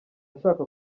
ashaka